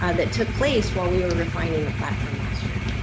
ah that took place while we were refining a platform last year.